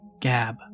Gab